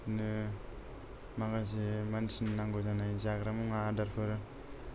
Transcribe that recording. बिदिनो माखासे मानसिनो नांगौ जानाय जाग्रा मुवा आदारफोर